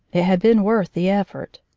it had been worth the effort.